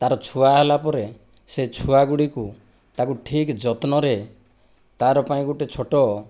ତାର ଛୁଆ ହେଲାପରେ ସେ ଛୁଆ ଗୁଡ଼ିକୁ ତାକୁ ଠିକ୍ ଯତ୍ନରେ ତାର ପାଇଁ ଗୋଟିଏ ଛୋଟ